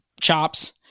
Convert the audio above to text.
chops